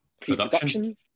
Production